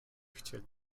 chcieli